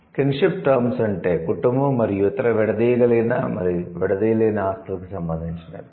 'kinship terms' అంటే కుటుంబం మరియు ఇతర విడదీయగలిగిన మరియు విడదీయలేని ఆస్తులకు సంబంధించినవి